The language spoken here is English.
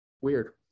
weird